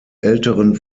älteren